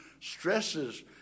stresses